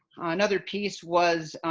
another piece was,